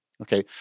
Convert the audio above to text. okay